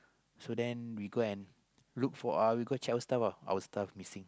so then we go and look for our uh we go check our stuff uh our stuff missing